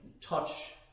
touch